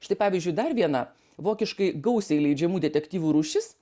štai pavyzdžiui dar viena vokiškai gausiai leidžiamų detektyvų rūšis